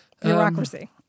Bureaucracy